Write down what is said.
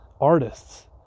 artists